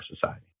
society